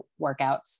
workouts